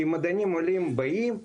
כי המדענים העולים באים מיד,